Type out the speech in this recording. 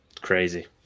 crazy